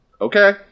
Okay